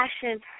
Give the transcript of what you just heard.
passion